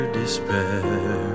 despair